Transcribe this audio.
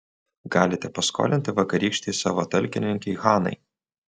galite paskolinti vakarykštei savo talkininkei hanai